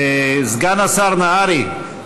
סגן השר נהרי,